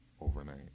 overnight